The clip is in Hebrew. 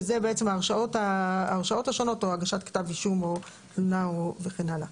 שזה בעצם ההרשאות השונות או הגשת כתב אישום או תלונה וכן הלאה.